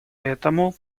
этому